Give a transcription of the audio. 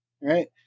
right